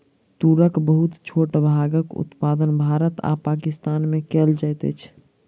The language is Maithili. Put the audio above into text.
तूरक बहुत छोट भागक उत्पादन भारत आ पाकिस्तान में कएल जाइत अछि